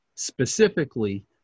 specifically